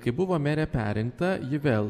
kai buvo merė perrinkta ji vėl